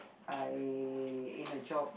I in a job